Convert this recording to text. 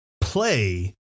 play